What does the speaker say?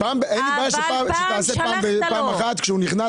אין לי בעיה שתעשה פעם אחת שהוא נכנס